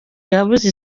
yabuze